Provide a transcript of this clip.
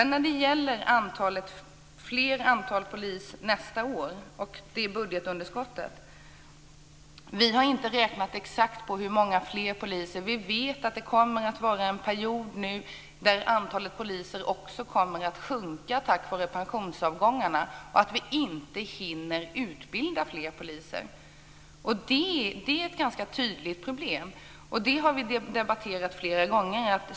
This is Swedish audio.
När det gäller fler poliser nästa år och budgetunderskottet har vi inte räknat exakt på hur många fler poliser det blir. Vi vet att det kommer en period nu där antalet poliser också kommer att sjunka på grund av pensionsavgångarna och att vi inte hinner utbilda fler poliser. Det är ett ganska tydligt problem. Det har vi debatterat flera gånger.